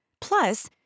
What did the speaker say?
Plus